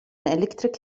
electric